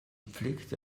pflegte